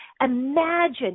imagine